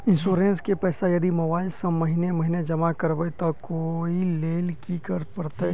Insurance केँ पैसा यदि मोबाइल सँ महीने महीने जमा करबैई तऽ ओई लैल की करऽ परतै?